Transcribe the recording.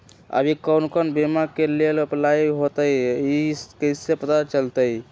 अभी कौन कौन बीमा के लेल अपलाइ होईत हई ई कईसे पता चलतई?